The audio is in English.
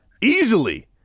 Easily